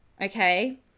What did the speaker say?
okay